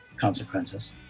Consequences